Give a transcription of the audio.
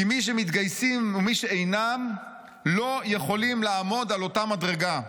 כי מי שמתגייסים ומי שאינם לא יכולים לעמוד על אותה מדרגה.